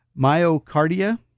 Myocardia